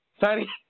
Sorry